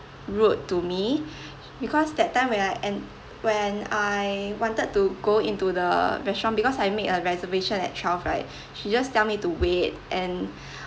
rude to me because that time when I en~ when I wanted to go into the restaurant because I make a reservation at twelve right she just tell me to wait and